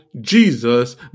Jesus